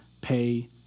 pay